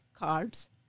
carbs